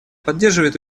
поддерживает